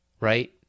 Right